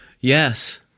yes